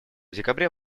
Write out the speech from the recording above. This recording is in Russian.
декабре